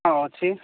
ହଁ ଅଛି